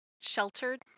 sheltered